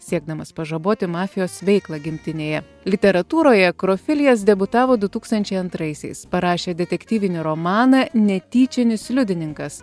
siekdamas pažaboti mafijos veiklą gimtinėje literatūroje karofilijas debiutavo du tūkstančiai antraisiais parašė detektyvinį romaną netyčinis liudininkas